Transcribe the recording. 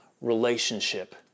relationship